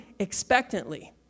Expectantly